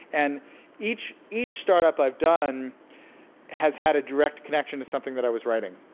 and each each start-up i've done has had a direct connection to something that i was writing,